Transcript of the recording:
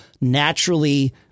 naturally